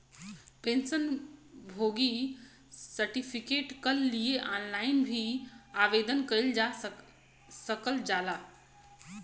pension भोगी certificate कल लिए ऑनलाइन भी आवेदन कइल जा सकल जाला